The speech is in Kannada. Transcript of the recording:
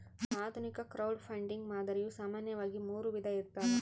ಆಧುನಿಕ ಕ್ರೌಡ್ಫಂಡಿಂಗ್ ಮಾದರಿಯು ಸಾಮಾನ್ಯವಾಗಿ ಮೂರು ವಿಧ ಇರ್ತವ